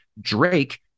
Drake